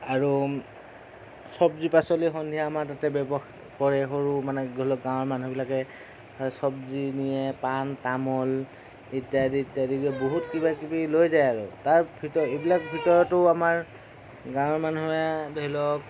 আৰু চব্জি পাচলি সন্ধিয়া আমাৰ তাতে ব্যৱসায় কৰে সৰু মানে ধৰি লওঁক গাঁৱৰ মানুহবিলাকে চব্জি নিয়ে পান তামোল ইত্যাদি ইত্যাদিকে বহুত কিবা কিবি লৈ যায় আৰু এইবিলাক ভিতৰতো আমাৰ গাঁৱৰ মানুহে ধৰি লওঁক